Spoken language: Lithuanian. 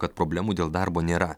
kad problemų dėl darbo nėra